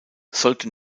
sollte